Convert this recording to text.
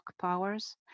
powers